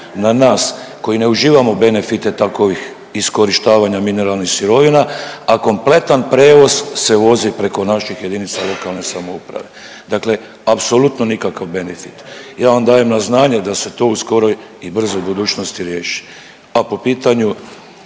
na nas koji ne uživamo benefite takovih iskorištavanja mineralnih sirovina, a kompletan prevoz se vozi preko naših jedinica lokalne samouprave. Dakle, apsolutno nikakav benefit. Ja vam dajem na znanje da se to u skoroj i brzoj budućnosti riješi.